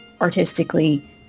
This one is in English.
artistically